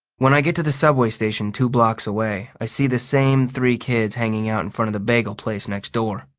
when i get to the subway station two blocks away, i see the same three kids hanging out in front of the bagel place next door.